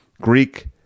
Greek